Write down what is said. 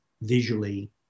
visually